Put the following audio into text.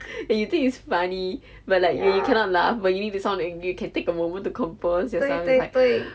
and you think it's funny but like you cannot laugh but you need to sound angry can take a moment to compose yourself and like